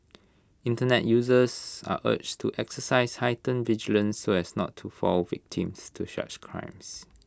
Internet users are urged to exercise heightened vigilance so as not to fall victims to such crimes